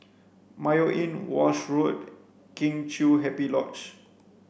Mayo Inn Walshe Road Kheng Chiu Happy Lodge